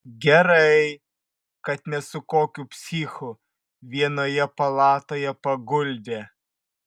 gerai kad ne su kokiu psichu vienoje palatoje paguldė